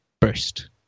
burst